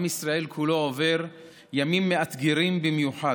עם ישראל כולו עובר ימים מאתגרים במיוחד.